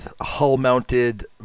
Hull-mounted